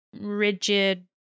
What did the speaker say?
rigid